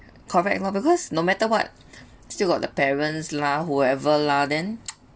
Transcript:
correct lor because no matter what still got the parents lah whoever lah then